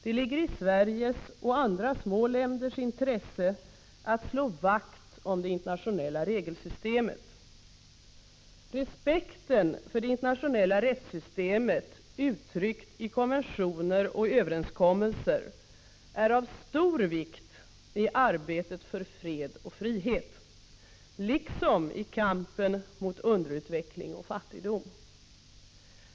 Det ligger i Sveriges och andra små länders intresse att slå Respekten för det internationella rättssystemet, uttryckt i konventioner 17 december 1985 och överenskommelser, är av stor vikt i arbetet för fred och frihet, liksom i — mar go oas og kampen mot underutveckling och fattigdom.